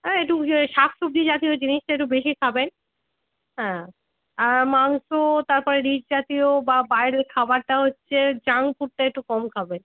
আর একটু শাক সবজি জাতীয় জিনিসটা একটু বেশি খাবে হ্যাঁ আর মাংস তার পরে রিচ জাতীয় বা বাইরের খাবারটা হচ্ছে জাঙ্ক ফুডটা একটু কম খাবে